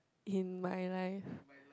in my life